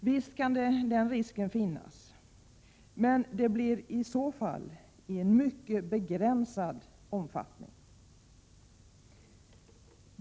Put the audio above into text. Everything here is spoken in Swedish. Visst kan den risken finnas, men det blir i så fall i en mycket begränsad omfattning.